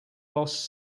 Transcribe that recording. boss